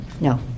no